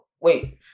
wait